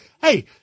hey